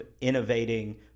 innovating